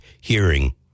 hearing